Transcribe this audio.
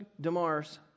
DeMar's